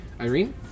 Irene